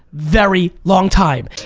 very long time.